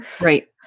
Right